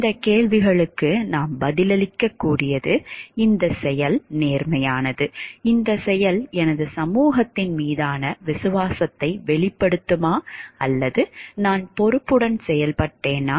இந்தக் கேள்விகளுக்கு நாம் பதிலளிக்கக்கூடியது இந்தச் செயல் நேர்மையானது இந்தச் செயல் எனது சமூகத்தின் மீதான விசுவாசத்தை வெளிப்படுத்துமா அல்லது நான் பொறுப்புடன் செயல்பட்டேனா